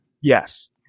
Yes